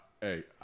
Hey